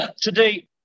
today